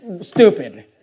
stupid